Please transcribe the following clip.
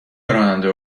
راننده